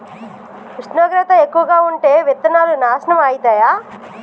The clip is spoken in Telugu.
ఉష్ణోగ్రత ఎక్కువగా ఉంటే విత్తనాలు నాశనం ఐతయా?